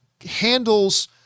handles